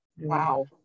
Wow